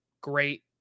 great